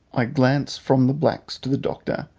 i glanced from the blacks to the doctor,